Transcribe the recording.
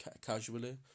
casually